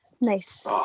nice